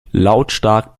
lautstark